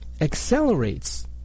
accelerates